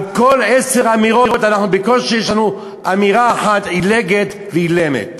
על כל עשר אמירות בקושי יש לנו אמירה אחת עילגת ואילמת.